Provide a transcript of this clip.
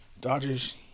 Dodgers